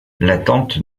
l’attente